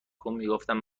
کن، میگفتم